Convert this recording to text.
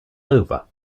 over